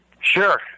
Sure